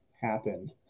happen